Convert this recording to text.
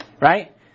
Right